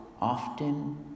often